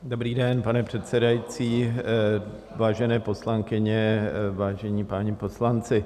Dobrý den, pane předsedající, vážené poslankyně, vážení páni poslanci.